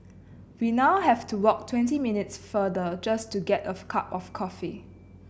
we now have to walk twenty minutes farther just to get of a cup of coffee